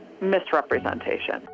misrepresentation